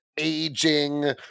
Aging